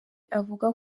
avuga